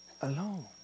alone